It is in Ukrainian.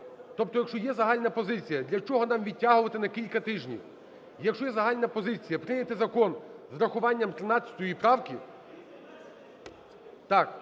Тобто, якщо є загальна позиція, для чого нам відтягувати на кілька тижнів? Якщо є загальна позиція прийняти закон з урахуванням 13 правки…